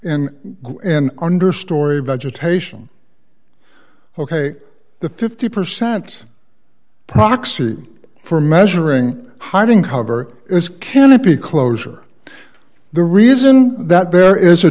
in an under story vegetation ok the fifty percent proxy for measuring hiding however is canopy closure the reason that there is a